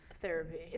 Therapy